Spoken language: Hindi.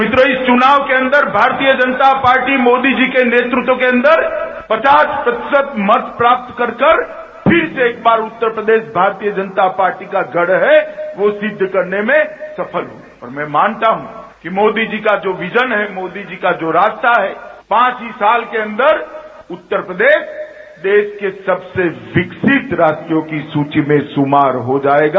मित्रों इस च्नाव के अंदर भारतीय जनता पार्टी मोदी जी के नेतृत्व के अंदर पचास प्रतिशत मत प्राप्त करके फिर से एक बार उत्तर प्रेदश भारतीय जनता पार्टी का गढ़ है वो सिद्ध करने में सफल हुए और मैं मानता हूं कि मोदी जी का जो विजन है मोदी जी का जो रास्ता है पांच ही साल के अंदर देश के सबसे विकसित राज्यों की सूची में शुमार हो जायेगा